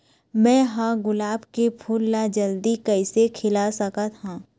मैं ह गुलाब के फूल ला जल्दी कइसे खिला सकथ हा?